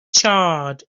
charred